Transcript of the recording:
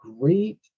great